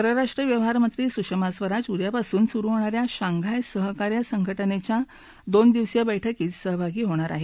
परराष्ट्र व्यवहारमंत्री सुषमा स्वराज उद्यापासून सुरु होणाऱ्या शांघाय सहकार्य संघटनेच्या दोन दिवसीय बैठकीत सहभागी होणार आहेत